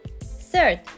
third